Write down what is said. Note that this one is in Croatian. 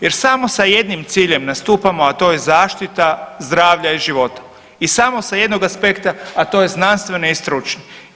Jer samo sa jednim ciljem nastupamo, a to je zaštita zdravlja i života i samo sa jednog aspekta, a to je znanstveni i stručni.